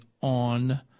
on